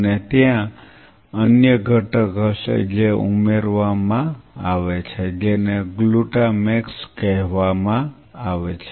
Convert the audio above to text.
અને ત્યાં અન્ય ઘટક હશે જે ઉમેરવામાં આવે છે જેને ગ્લુટામેક્સ કહેવામાં આવે છે